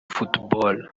football